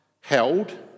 held